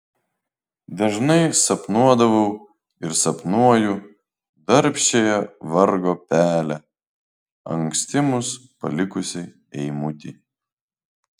dažnai sapnuodavau ir sapnuoju darbščiąją vargo pelę anksti mus palikusį eimutį